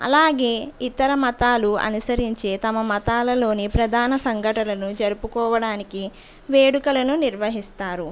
అలాగే ఇతర మతాలు అనుసరించే తమ మతాలలోని ప్రధాన సంఘటనను జరుపుకోవడానికి వేడుకలను నిర్వహిస్తారు